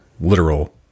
literal